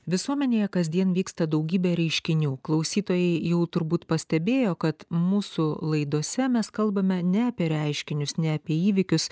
visuomenėje kasdien vyksta daugybė reiškinių klausytojai jau turbūt pastebėjo kad mūsų laidose mes kalbame ne apie reiškinius ne apie įvykius